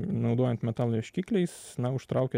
naudojant metalo ieškikliais užtraukia